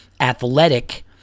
athletic